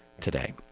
today